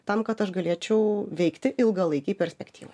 tam kad aš galėčiau veikti ilgalaikėj perspektyvoj